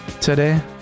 today